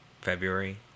February